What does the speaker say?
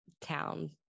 town